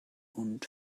und